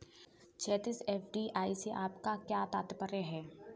क्षैतिज, एफ.डी.आई से आपका क्या तात्पर्य है?